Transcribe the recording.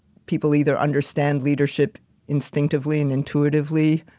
people either understand leadership instinctively and intuitively,